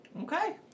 Okay